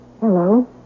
Hello